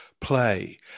play